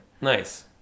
Nice